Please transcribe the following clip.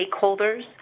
stakeholders